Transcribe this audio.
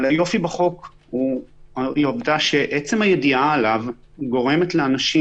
אבל היופי בחוק הוא העובדה שעצם הידיעה עליו גורמת לאנשים,